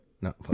No